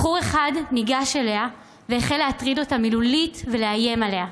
בחור אחד ניגש אליה והחל להטריד אותה מילולית ולאיים עליה.